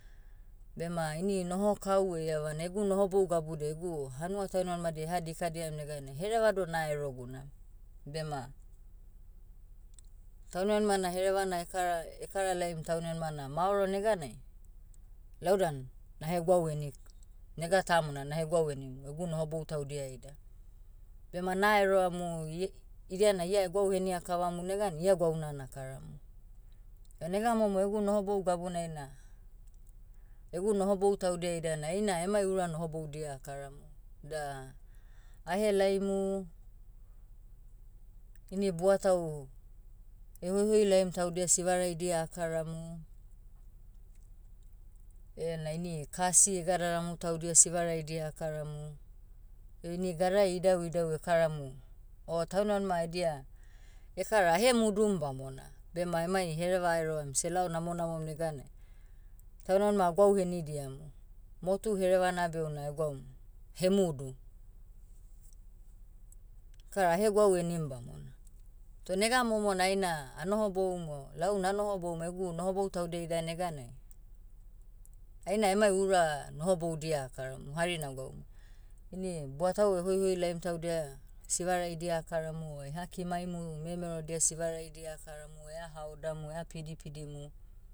Bema ini nohokau eiavana egu nohobou gabudiai egu hanua taunmanimadia eha dikadiam neganai hereva doh naero gunam. Bema, taunmanima na herevana ekara- ekaralaim taunmanima na maoro neganai, lau dan, nahegwau heni- nega tamona nahegwau henimu egu nohobou ida. Bema naeroamu, ie- idia na ia egwau henina kavamu neganai ia gwauna nakaramu. Da nega momo egu nohobou gabunai na, egu nohobou taudia ida na aina emai ura nohoboudia akaramu. Da, ahelaimu, ini buatau, ehoihoilaim taudia sivaraidia akaramu, ena ini kasi egadaramu taudia sivaraidia akaramu, heini gadara idauidau ekaramu. O taunmanima edia, ekara ahemudum bamona. Bema emai hereva aeroam selao namonamom neganai, taunmanima agwau henidiamu. Motu herevena beh una egwaum, hemudu. Kara ahegwau henim bamona. Toh nega momo na aina, anohoboum o lau nanohoboum egu nohobou taudia ida neganai, aina emai ura nohoboudia akaramu. Hari nagwaum, ini buatau ehoihoi laim taudia, sivaraidia akaramu o eha kimamimu memerodia sivaraidia akaramu ea haodamu eha pidipidimu.